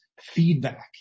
feedback